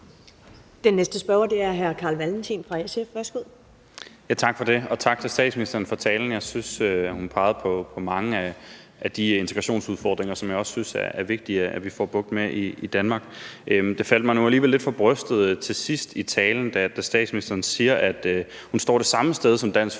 SF. Værsgo. Kl. 10:23 Carl Valentin (SF): Tak for det, og tak til statsministeren for talen. Jeg synes, hun pegede på mange af de integrationsudfordringer, som jeg også synes er vigtige at vi får bugt med i Danmark. Det faldt mig nu alligevel lidt for brystet til sidst i talen, da statsministeren sagde, at hun står det samme sted som Dansk